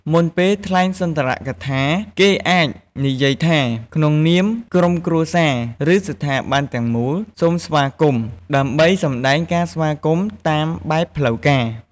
មុនពេលថ្លែងសុន្ទរកថា គេអាចនិយាយថា «ក្នុងនាមក្រុមគ្រួសារ ឬស្ថាប័នទាំងមូល សូមស្វាគមន៍» ដើម្បីសម្ដែងការស្វាគមន៍តាមបែបផ្លូវការ។